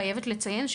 אני חייבת לציין,